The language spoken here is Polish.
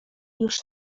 już